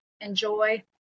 enjoy